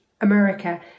America